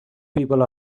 people